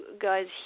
guys